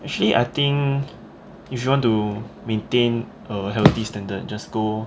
actually I think if you want to maintain a healthy standard just go